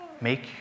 make